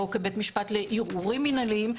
או כבית משפט לערעורים מנהליים,